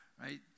right